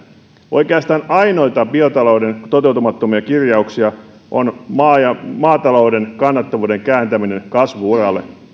oikeastaan ainoita biotalouden toteutumattomia kirjauksia on maatalouden kannattavuuden kääntäminen kasvu uralle